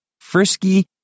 frisky